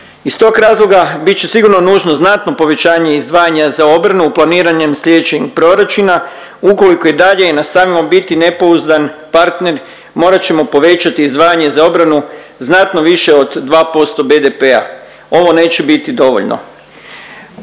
Iz tog razloga bit će sigurno nožno znatno povećavanje izdvajanja za obranu u planiranjem sljedećeg proračuna ukoliko i dalje nastavimo biti nepouzdan partner morat ćemo povećat izdvajanje za obranu znatno više od 2% BDP-a. Ovo neće biti dovoljno